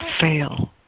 fail